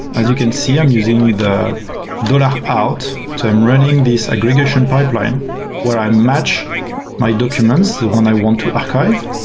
as you can see i'm using the out. so i'm running this aggregation pipeline where i match my documents, the one i want to archive,